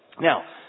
Now